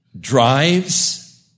drives